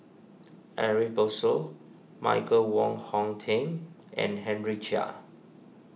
Ariff Bongso Michael Wong Hong Teng and Henry Chia